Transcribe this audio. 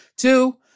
two